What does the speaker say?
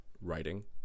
writing